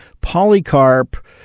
Polycarp